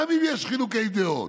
גם אם יש חילוקי דעות.